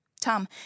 Tom